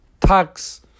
tax